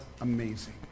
amazing